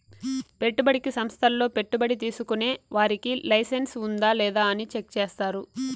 పెట్టుబడికి సంస్థల్లో పెట్టుబడి తీసుకునే వారికి లైసెన్స్ ఉందా లేదా అని చెక్ చేస్తారు